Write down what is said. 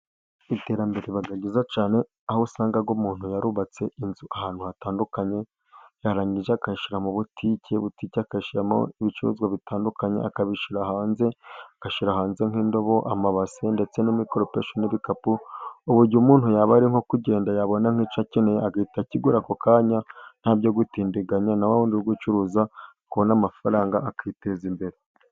Iterambere riba ryiza cyane, aho usanga umuntu yarubatse inzu ahantu hatandukanye, yarangiza agashyiramo butike, butike agashyiramo ibicuruzwa bitandukanye, akabishyira hanze, agashyira hanze nk'indobo, amabase ndetse n'imikoropesho n'ibikapu, k'uburyo umuntu yaba ari nko kugenda yabona nk'icyo akeneye agahita akigura ako kanya, ntabyo gutindiganya na wawundi uri gucuruza akabona amafaranga akiteza imbere.